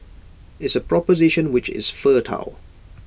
it's A proposition which is fertile